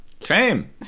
Shame